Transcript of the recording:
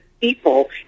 people